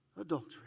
adultery